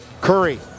curry